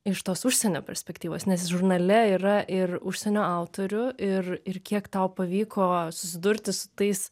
iš tos užsienio perspektyvos nes žurnale yra ir užsienio autorių ir ir kiek tau pavyko susidurti su tais